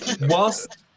whilst